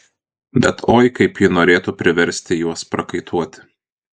bet oi kaip ji norėtų priversti juos prakaituoti